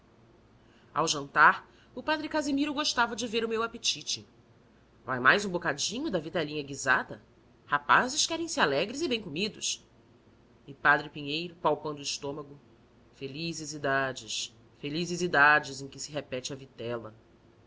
ao jantar o padre casimiro gostava de ver o meu apetite vai mais um bocadinho de vitelinha guisada rapazes querem se alegres e bem comidos e padre pinheiro palpando o estômago felizes idades felizes idades em que se repete a vitela